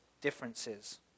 differences